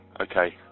Okay